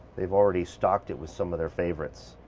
they've already stocked it with some of their favorites,